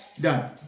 Done